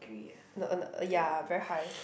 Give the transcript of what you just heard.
the uh uh ya very high